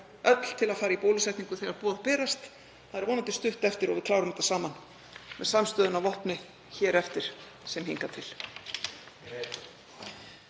öll til að fara í bólusetningu þegar boð berast, það er vonandi stutt eftir og við klárum þetta saman með samstöðunni að vopni hér eftir sem hingað til.